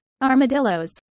Armadillos